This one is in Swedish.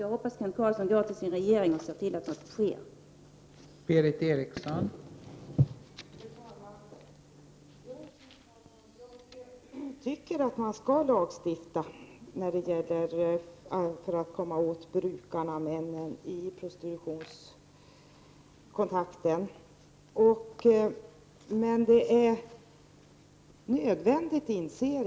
Jag hoppas att Kent Carlsson kommer att tala med regeringen om dessa saker och att han ser till att åtgärder vidtas.